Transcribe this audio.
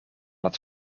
het